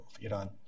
Iran